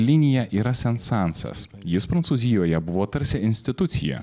linija yra sensansas jis prancūzijoje buvo tarsi institucija